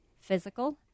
physical